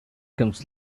comes